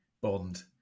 Bond